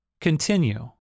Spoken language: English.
Continue